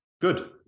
good